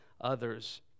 others